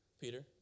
Peter